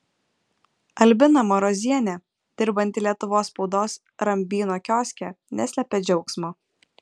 albina marozienė dirbanti lietuvos spaudos rambyno kioske neslėpė džiaugsmo